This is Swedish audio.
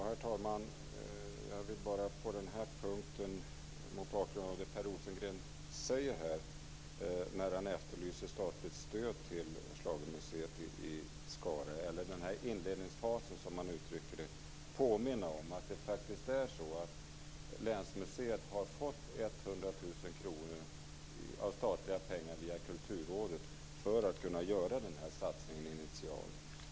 Herr talman! Mot bakgrund av det Per Rosengren säger när han efterlyser statligt stöd till ett schlagermuseum i Skara - eller till inledningsfasen, som han uttrycker det - vill jag påminna om att länsmuseet fått 100 000 kr av statliga pengar via Kulturrådet för att kunna göra den här satsningen initialt.